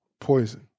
poison